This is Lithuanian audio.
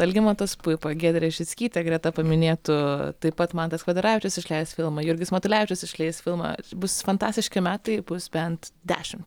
algimantas puipa giedrė žickytė greta paminėtų taip pat mantas kvedaravičius išleis filmą jurgis matulevičius išleis filmą bus fantastiški metai bus bent dešimt